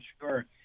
sure